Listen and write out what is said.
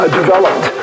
developed